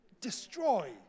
destroy